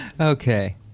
Okay